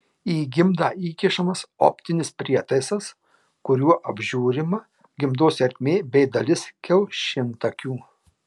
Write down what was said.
į gimdą įkišamas optinis prietaisas kuriuo apžiūrima gimdos ertmė bei dalis kiaušintakių